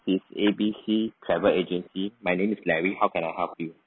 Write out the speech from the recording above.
is A B C travel agency my name is larry how can I help you